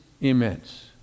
immense